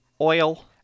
oil